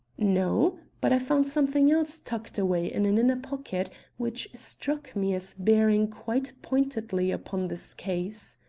no but i found something else tucked away in an inner pocket which struck me as bearing quite pointedly upon this case.